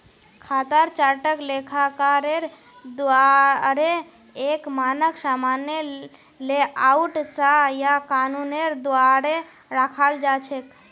खातार चार्टक लेखाकारेर द्वाअरे एक मानक सामान्य लेआउट स या कानूनेर द्वारे रखाल जा छेक